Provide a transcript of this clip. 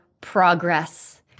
progress